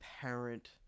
parent